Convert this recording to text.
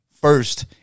first